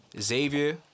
Xavier